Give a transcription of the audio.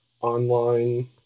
online